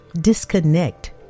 Disconnect